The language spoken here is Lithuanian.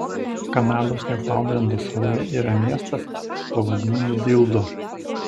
kanados niufaundlendo saloje yra miestas pavadinimu dildo